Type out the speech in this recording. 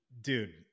dude